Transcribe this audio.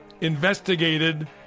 investigated